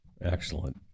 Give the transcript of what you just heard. Excellent